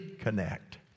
connect